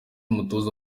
umutoza